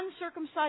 uncircumcised